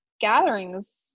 gatherings